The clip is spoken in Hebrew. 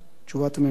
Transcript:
תשובת הממשלה.